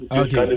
okay